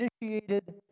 initiated